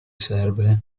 serve